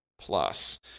Plus